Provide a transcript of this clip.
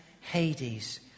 Hades